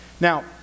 Now